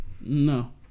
No